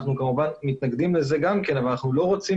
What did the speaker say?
אנחנו כמובן מתנגדים לכך אבל בינתיים אנחנו לא רוצים